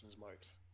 marks